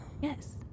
yes